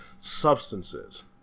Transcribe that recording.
substances